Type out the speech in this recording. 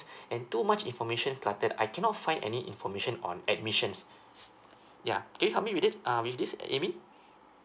and too much information but then I cannot find any information on admissions yeuh can you help me with it uh with this amy